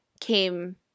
came